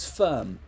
firm